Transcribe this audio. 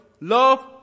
love